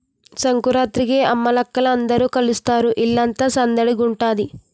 సంకురాత్రికి అమ్మలక్కల అందరూ కలుస్తారు ఇల్లంతా సందడిగుంతాది